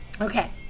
Okay